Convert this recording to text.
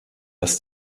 aus